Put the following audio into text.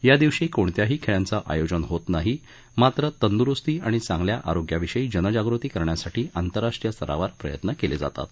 या दिवशी कोणत्याही खेळांचं आयोजन होत नाही मात्र तंदुरुस्ती आणि चांगल्या आरोग्याविषयी जनजागृती करण्यासाठी आंतरराष्ट्रीय स्तरावर प्रयत्न केले जातात